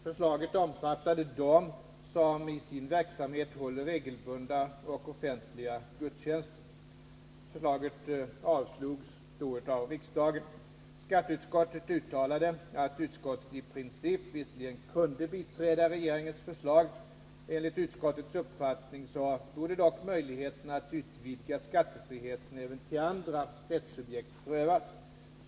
Förslaget omfattade dem som i sin verksamhet håller 111 regelbundna och offentliga gudstjänster . Förslaget avslogs av riksdagen. Skatteutskottet uttalade att utskottet i princip visserligen kunde biträda regeringens förslag. Enligt utskottets uppfattning borde dock möjligheterna att utvidga skattefriheten även till andra rättssubjekt prövas.